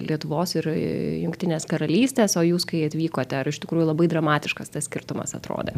lietuvos ir jungtinės karalystės o jūs kai atvykote ar iš tikrųjų labai dramatiškas tas skirtumas atrodė